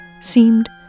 seemed